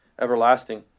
everlasting